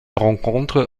rencontre